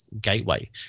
Gateway